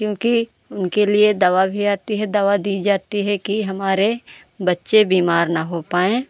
क्योंकि उनके लिए दवा भी आती है दवा दी जाती है कि हमारे बच्चे बीमार न हो पाए